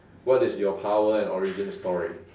what is your power and origin story